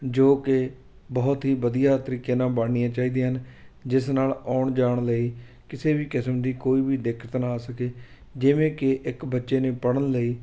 ਜੋ ਕਿ ਬਹੁਤ ਹੀ ਵਧੀਆ ਤਰੀਕੇ ਨਾਲ ਬਣਨੀਆਂ ਚਾਹੀਦੀਆਂ ਨੇ ਜਿਸ ਨਾਲ ਆਉਣ ਜਾਣ ਲਈ ਕਿਸੇ ਵੀ ਕਿਸਮ ਦੀ ਕੋਈ ਵੀ ਦਿੱਕਤ ਨਾ ਆ ਸਕੇ ਜਿਵੇਂ ਕਿ ਇੱਕ ਬੱਚੇ ਨੇ ਪੜ੍ਹਨ ਲਈ